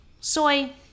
Soy